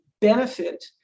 benefit